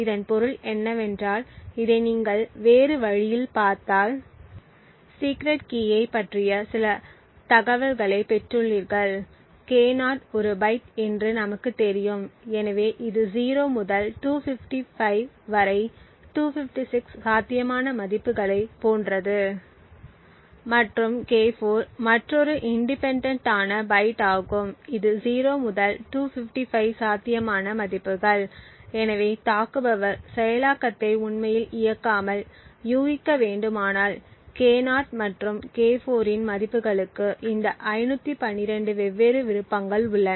இதன் பொருள் என்னவென்றால் இதை நீங்கள் வேறு வழியில் பார்த்தால் சீக்ரெட் கீயைப் பற்றி சில தகவல்களைப் பெற்றுள்ளீர்கள் K0 ஒரு பைட் என்று நமக்குத் தெரியும் எனவே இது 0 முதல் 255 வரை 256 சாத்தியமான மதிப்புகளைப் போன்றது மற்றும் K4 மற்றொரு இண்டிபெண்டெண்ட் ஆன பைட் ஆகும் இது 0 முதல் 255 சாத்தியமான மதிப்புகள் எனவே தாக்குபவர் செயலாக்கத்தை உண்மையில் இயக்காமல் யூகிக்க வேண்டுமானால் K0 மற்றும் K4 இன் மதிப்புகளுக்கு இந்த 512 வெவ்வேறு விருப்பங்கள் உள்ளன